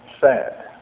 sad